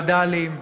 וד"לים,